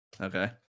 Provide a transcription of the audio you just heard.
Okay